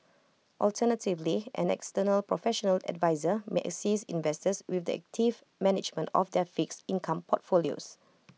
alternatively an external professional adviser may assist investors with the active management of their fixed income portfolios